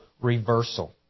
reversal